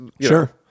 Sure